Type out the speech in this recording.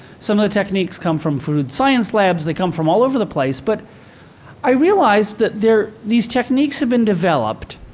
some of the techniques come from food science labs. they come from all over the place. but i realized that these techniques have been developed,